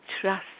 trust